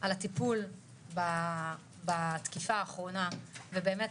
על הטיפול בתקיפה האחרונה ובאמת,